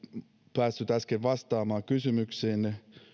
päässyt äsken vastaamaan kysymyksiinne